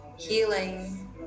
healing